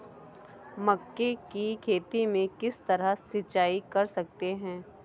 मक्के की खेती में किस तरह सिंचाई कर सकते हैं?